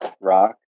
rock